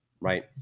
right